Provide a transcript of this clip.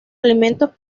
alimentos